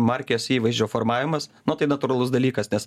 markės įvaizdžio formavimas nu tai natūralus dalykas nes